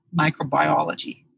Microbiology